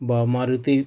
বা মারুতি